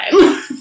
time